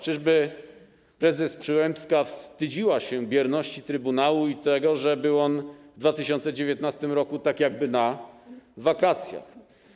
Czyżby prezes Przyłębska wstydziła się bierności trybunału i tego, że był on w 2019 r. tak jakby na wakacjach?